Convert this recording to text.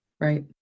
Right